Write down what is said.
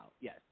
yes